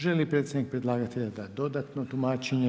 Želi li predstavnik predlagatelja dati dodatno tumačenje?